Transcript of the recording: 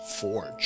forge